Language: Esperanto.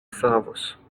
savos